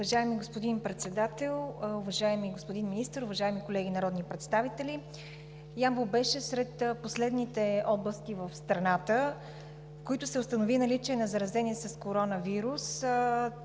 Уважаеми господин Председател, уважаеми господин Министър, уважаеми колеги народни представители! Ямбол беше сред последните области в страната, в които се установи наличие на заразени с коронавирус.